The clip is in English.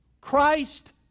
Christ